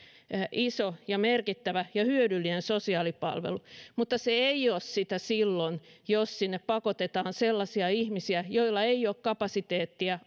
iso ja merkittävä ja hyödyllinen sosiaalipalvelu mutta se ei ole sitä silloin jos sinne pakotetaan sellaisia ihmisiä joilla ei ole kapasiteettia